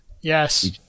Yes